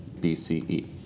BCE